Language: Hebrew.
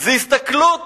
זו הסתכלות